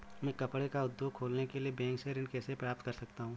मैं कपड़े का उद्योग खोलने के लिए बैंक से ऋण कैसे प्राप्त कर सकता हूँ?